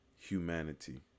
humanity